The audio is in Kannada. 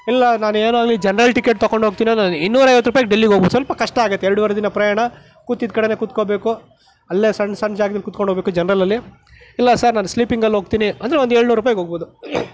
ಇಲ್ಲ ನಾನೇನು ಅಲ್ಲಿ ಜನ್ರಲ್ ಟಿಕೆಟ್ ತೊಗೊಂಡು ಹೋಗ್ತೀನೋ ನಾನು ಇನ್ನೂರೈವತ್ತು ರೂಪಾಯಿಗೆ ಡೆಲ್ಲಿಗೆ ಹೋಗಬಹುದು ಸ್ವಲ್ಪ ಕಷ್ಟ ಆಗುತ್ತೆ ಎರಡುವರೆ ದಿನ ಪ್ರಯಾಣ ಕೂತಿದ್ದ ಕಡೆನೇ ಕೂತ್ಕೋಬೇಕು ಅಲ್ಲೇ ಸಣ್ಣ ಸಣ್ಣ ಜಾಗದಲ್ಲಿ ಕೂತ್ಕೊಂಡು ಹೋಗಬೇಕು ಜನ್ರಲಲ್ಲಿ ಇಲ್ಲ ಸರ್ ನಾನು ಸ್ಲೀಪಿಂಗಲ್ಲಿ ಹೋಗ್ತೀನಿ ಅಂದರೆ ಒಂದು ಏಳುನೂರು ರೂಪಾಯಿಗೆ ಹೋಗಬಹುದು